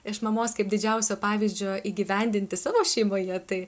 iš mamos kaip didžiausio pavyzdžio įgyvendinti savo šeimoje tai